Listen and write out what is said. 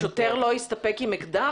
שוטר לא יסתפק באקדח?